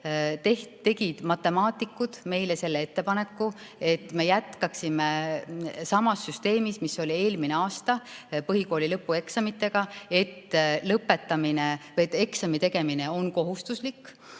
tegid matemaatikud meile selle ettepaneku, et me jätkaksime sama süsteemiga, mis oli põhikooli lõpueksamitega eelmine aasta, et eksami tegemine on kohustuslik,